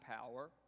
power